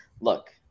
look